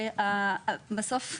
ובסוף,